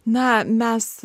na mes